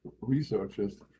researchers